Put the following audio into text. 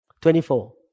Twenty-four